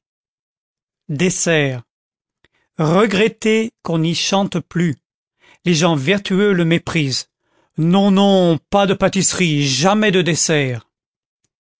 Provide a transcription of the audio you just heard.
dessert regretter qu'on n'y chante plus les gens vertueux le méprisent non non pas de pâtisseries jamais de dessert